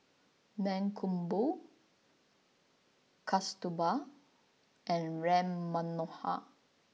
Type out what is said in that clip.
Mankombu Kasturba and Ram Manohar